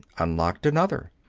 unlocked another.